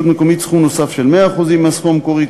מקומית סכום נוסף של 100% הסכום המקורי,